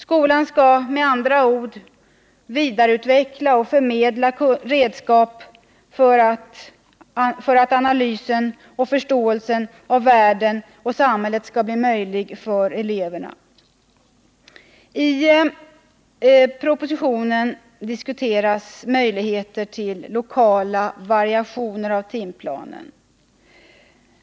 Skolan skall med andra ord vidareutveckla, förmedla redskap för analysen och förståelsen av världen och samhället. I propositionen diskuteras möjligheterna till lokala variationer av timplanen.